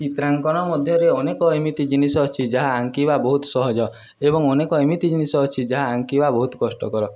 ଚିତ୍ରାଙ୍କନ ମଧ୍ୟରେ ଅନେକ ଏମିତି ଜିନିଷ ଅଛି ଯାହା ଆଙ୍କିବା ବହୁତ ସହଜ ଏବଂ ଅନେକ ଏମିତି ଜିନିଷ ଅଛି ଯାହା ଆଙ୍କିବା ବହୁତ କଷ୍ଟକର